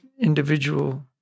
individual